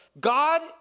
God